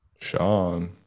Sean